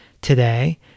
Today